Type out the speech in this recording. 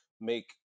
make